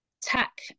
tech